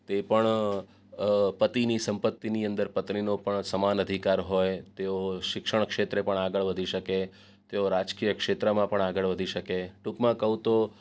તે પણ પતિની સંપત્તિની અંદર પત્નીનો પણ સમાન અધિકાર હોય તેઓ શિક્ષણ ક્ષેત્રે પણ આગળ વધી શકે તેઓ રાજકીય ક્ષેત્રમાં પણ આગળ વધી શકે ટૂંકમાં કહું તો